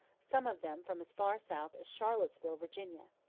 some of them from as far south as charlottesville, virginia.